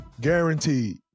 guaranteed